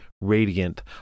radiant